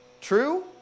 true